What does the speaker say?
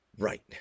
Right